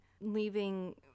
leaving